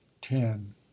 ten